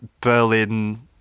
Berlin